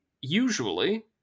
usually